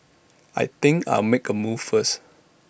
I think I'll make A move first